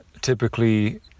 typically